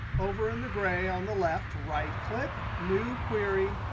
over in the gray on the left, right-click new query,